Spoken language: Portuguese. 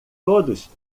todos